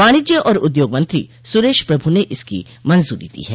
वाणिज्य और उद्योग मंत्री सुरेश प्रभु ने इसकी मंजूरी दी है